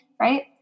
right